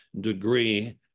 degree